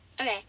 Okay